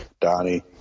donnie